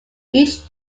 each